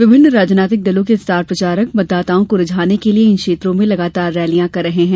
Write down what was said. विभिन्न राजनीतिक दलों के स्टार प्रचारक मतदाताओं को रिझाने के लिये इन क्षेत्रों में लगातार रैलियां कर रहे हैं